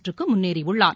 சுற்றுக்கு முன்னேறியுள்ளார்